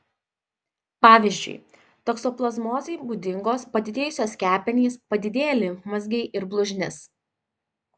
pavyzdžiui toksoplazmozei būdingos padidėjusios kepenys padidėję limfmazgiai ir blužnis